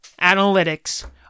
analytics